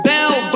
Bell